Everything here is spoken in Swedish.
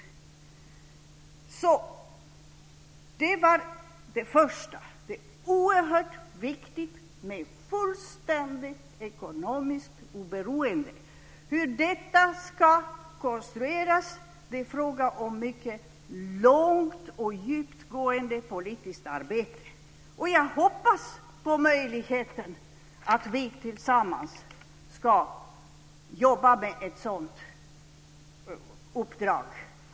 Det var det första. Det är oerhört viktigt med fullständigt ekonomiskt oberoende. Hur detta ska konstrueras kommer vi fram till genom mycket långsiktigt och djupgående politiskt arbete. Jag hoppas på möjligheten att vi tillsammans ska jobba med ett sådant uppdrag.